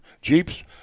Jeeps